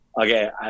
Okay